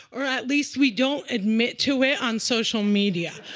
or at least we don't admit to it on social media.